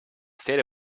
state